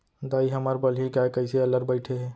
दाई, हमर बलही गाय कइसे अल्लर बइठे हे